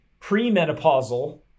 premenopausal